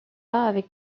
avec